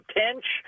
pinch